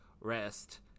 rest